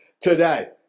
Today